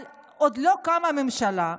אבל עוד לא קמה הממשלה,